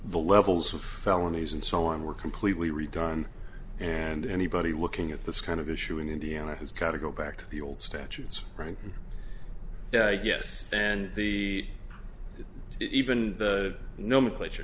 felonies and so on were completely redone and anybody looking at this kind of issue in indiana has got a go back to the old statutes right yes and the even the nomenclature